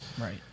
Right